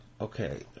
Okay